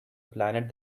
planet